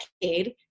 decade